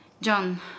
John